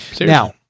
Now